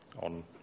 on